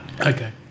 Okay